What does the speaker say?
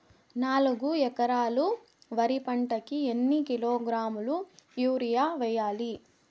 నాలుగు ఎకరాలు వరి పంటకి ఎన్ని కిలోగ్రాముల యూరియ వేయాలి?